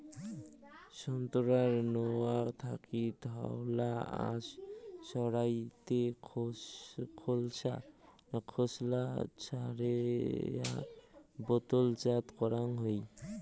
সোন্তোরার নোয়া থাকি ধওলা আশ সারাইতে খোসলা ছারেয়া বোতলজাত করাং হই